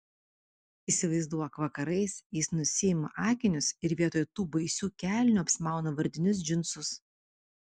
įsivaizduok vakarais jis nusiima akinius ir vietoj tų baisių kelnių apsimauna vardinius džinsus